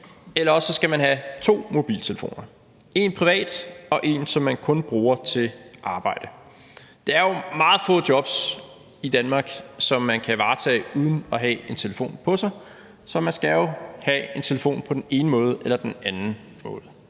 eller også skal man have to mobiltelefoner: en privat og en, som man kun bruger til arbejdet. Det er jo meget få jobs i Danmark, som man kan varetage uden at have en telefonbog på sig, så man skal jo have en telefon på den ene måde eller den anden måde.